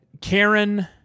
Karen